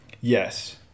Yes